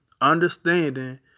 Understanding